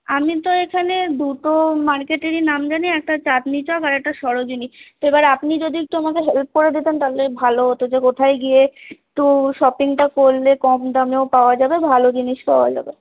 আমি তো এখানে দুটো মার্কেটেরই নাম জানি একটা চাঁদনি চক আর একটা সরোজিনী তো এবার আপনি যদি একটু আমকে হেল্প করে দিতেন তাহলে ভালো হতো যে কোথায় গিয়ে একটু শপিংটা করলে কম দামেও পাওয়া যাবে ভালো জিনিস পাওয়া যাবে